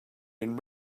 seen